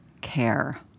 care